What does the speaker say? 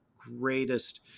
greatest